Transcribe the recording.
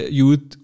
youth